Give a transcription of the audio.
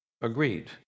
agreed